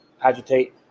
agitate